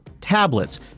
tablets